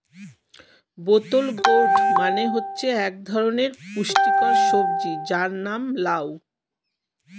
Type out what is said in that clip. বোতল গোর্ড মানে হচ্ছে এক ধরনের পুষ্টিকর সবজি যার নাম লাউ